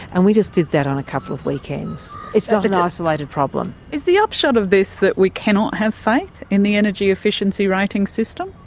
and we just did that on a couple of weekends. it's not an isolated problem. is the upshot of this that we cannot have faith in the energy efficiency rating system?